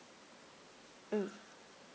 mm